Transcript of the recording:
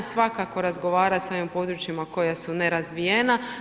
Svakako razgovarati sa ovim područjima koja su nerazvijena.